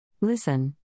Listen